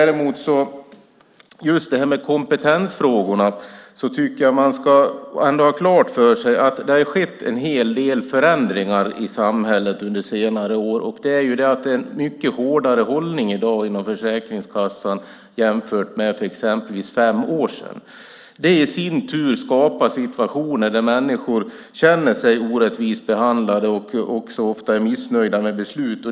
Just när det gäller kompetensfrågorna ska man ändå ha klart för sig att det under senare år har skett en hel del förändringar i samhället. I dag är det en mycket hårdare hållning inom Försäkringskassan än det var exempelvis för fem år sedan. Det i sin tur skapar situationer där människor känner sig orättvist behandlade och också ofta är missnöjda med beslut.